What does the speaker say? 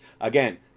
again